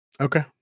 Okay